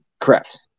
Correct